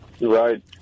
Right